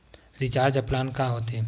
Recharge plan का होथे?